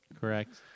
Correct